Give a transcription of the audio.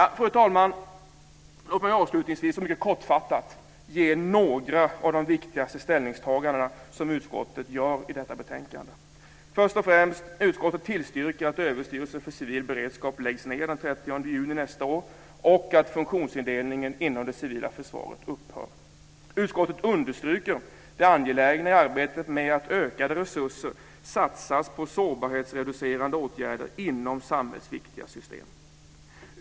Fru talman! Låt mig avslutningsvis ge några av de viktigaste ställningstaganden som utskottet gör i detta betänkande. · Först och främst: Utskottet tillstyrker att Överstyrelsen för civil beredskap läggs ned den 30 juni nästa år och att funktionsindelningen inom det civila försvaret upphör. · Utskottet understryker det angelägna i arbetet med att ökade resurser satsas på sårbarhetsreducerande åtgärder inom samhällsviktiga system.